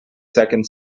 second